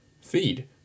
feed